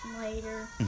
later